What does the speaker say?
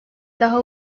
daha